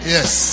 Yes